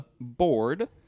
board